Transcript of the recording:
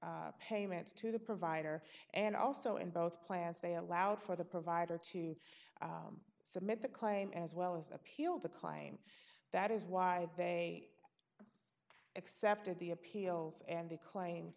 payments to the provider and also in both plans they allowed for the provider to submit the claim as well as appeal the claim that is why they accepted the appeals and the claims